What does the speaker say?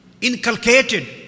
inculcated